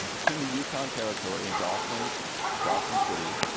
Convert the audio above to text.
it's in the yukon territory in dawson dawson city.